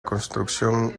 construcción